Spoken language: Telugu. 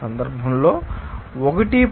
ఈ సందర్భంలో 1